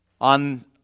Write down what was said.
on